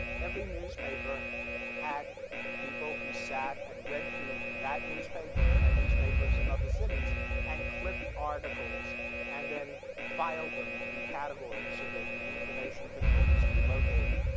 every newspaper had people who sat and read through that newspaper and newspapers in other cities and clipped articles and then filed them in categories so that the information could always be located.